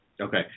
Okay